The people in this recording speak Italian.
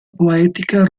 poetica